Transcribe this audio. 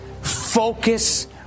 focus